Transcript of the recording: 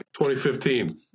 2015